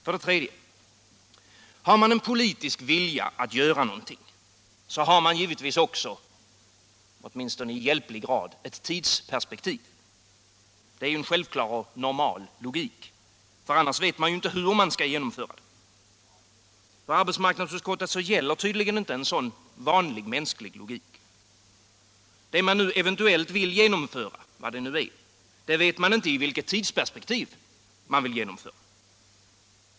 För det tredje: om man har en politisk vilja att göra någonting har man givetvis också, åtminstone i hjälplig grad, ett tidsperspektiv. Det är självklar och normal logik. Annars vet man ju inte hur man skall genomföra det. Men för arbetsmarknadsutskottet gäller tydligen inte en sådan vanlig mänsklig logik. Det som man nu eventuellt vill genomföra — vad det nu är — vet man inte i vilket tidsperspektiv man vill genomföra.